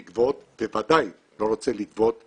אני בוודאי לא רוצה לגבות יותר,